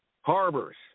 harbors